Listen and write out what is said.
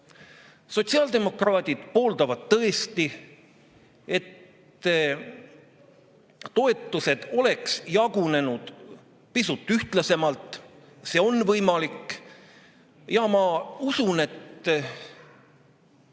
Sotsiaaldemokraadid pooldavad tõesti, et toetused oleks jagunenud pisut ühtlasemalt. See on võimalik. Ja ma usun, et